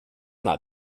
not